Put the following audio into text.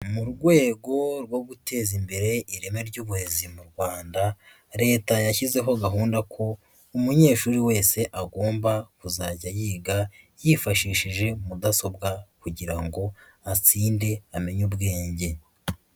Mu rwego rwo guteza imbere ireme ry'uburezi mu Rwanda, leta yashyizeho gahunda ko umunyeshuri wese agomba kuzajya yiga yifashishije mudasobwa kugira ngo atsinde amenye ubwenge.